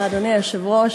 אדוני היושב-ראש,